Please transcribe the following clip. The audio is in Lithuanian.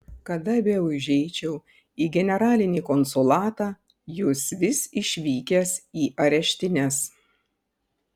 kada beužeičiau į generalinį konsulatą jūs vis išvykęs į areštines